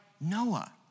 Noah